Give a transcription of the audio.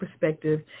perspective